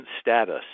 status